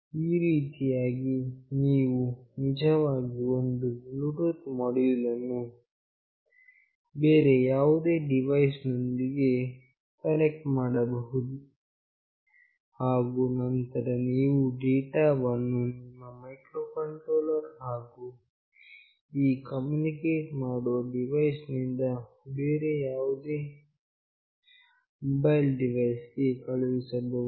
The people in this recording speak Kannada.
ಈ ರೀತಿಯಾಗಿ ನೀವು ನಿಜವಾಗಿ ಒಂದು ಬ್ಲೂಟೂತ್ ಮೋಡ್ಯುಲ್ ಅನ್ನು ಬೇರೆ ಯಾವುದೇ ಡಿವೈಸ್ ನೊಂದಿಗೆ ಕನೆಕ್ಟ್ ಮಾಡಬಹುದು ಹಾಗು ನಂತರ ನೀವು ಡೇಟಾವನ್ನು ನಿಮ್ಮ ಮೈಕ್ರೋಕಂಟ್ರೋಲರ್ ಹಾಗು ಈ ಕಮ್ಯುನಿಕೇಟ್ ಮಾಡುವ ಡಿವೈಸ್ ನಿಂದ ಬೇರೆ ಯಾವುದೇ ಮೊಬೈಲ್ ಡಿವೈಸ್ ಗೆ ಕಳುಹಿಸಬಹುದು